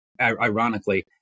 ironically